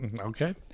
okay